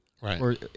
Right